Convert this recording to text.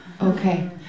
Okay